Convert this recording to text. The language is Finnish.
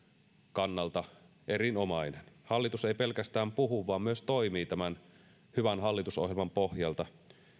kannalta erinomainen hallitus ei pelkästään puhu vaan myös toimii tämän hyvän hallitusohjelman pohjalta